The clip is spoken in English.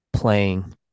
Playing